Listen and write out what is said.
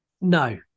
No